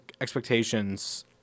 expectations